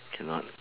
cannot